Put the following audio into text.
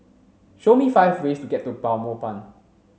show me five ways to get to Belmopan